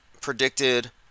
predicted